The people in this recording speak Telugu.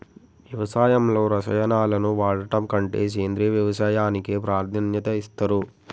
వ్యవసాయంలో రసాయనాలను వాడడం కంటే సేంద్రియ వ్యవసాయానికే ప్రాధాన్యత ఇస్తరు